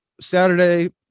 Saturday